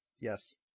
Yes